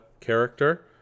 character